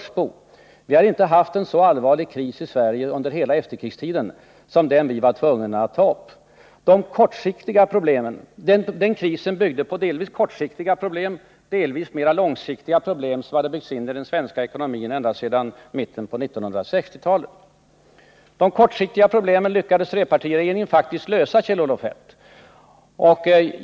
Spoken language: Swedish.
Sverige har inte haft en så allvarlig kris under hela efterkrigstiden som den vi då var tvungna att ta itu med. Den krisen byggde delvis på kortsiktiga problem skapade 1975-1976, delvis på mera långsiktiga problem, som hade byggts in i den svenska ekonomin sedan mitten av 1960-talet. De kortsiktiga problemen lyckades trepartiregeringen faktiskt lösa, Kjell Olof Feldt.